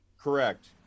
Correct